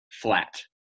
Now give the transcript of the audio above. flat